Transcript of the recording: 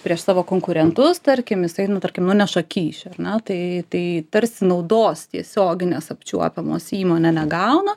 prieš savo konkurentus tarkim jisai nu tarkim nuneša kyšį ar ne tai tai tarsi naudos tiesioginės apčiuopiamos įmonė negauna